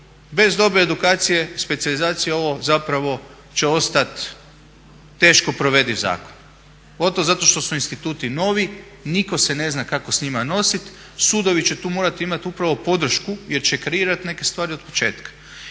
Bez dobre edukacije, specijalizacije zapravo će ostat teško provediv zakon pogotovo zato što su instituti novi, niko se ne zna kako s njima nosit, sudovi će tu morati imati upravo podršku jer će kreirati neke stvari od početka.